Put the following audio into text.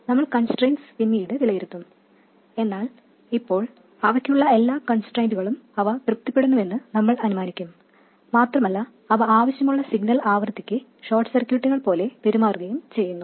നമ്മൾ കൺസ്ട്രെയിൻറ്സ് പിന്നീട് വിലയിരുത്തും എന്നാൽ ഇപ്പോൾ അവക്കുള്ള എല്ലാ കൺസ്ട്രെയിൻറുകളും അവ തൃപ്തിപ്പെടുന്നുവെന്ന് നമ്മൾ അനുമാനിക്കും മാത്രമല്ല അവ ആവശ്യമുള്ള സിഗ്നൽ ആവൃത്തിക്ക് ഷോർട്ട് സർക്യൂട്ടുകൾ പോലെ പെരുമാറുകയും ചെയ്യുന്നു